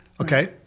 Okay